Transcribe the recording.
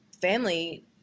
family